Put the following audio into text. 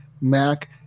Mac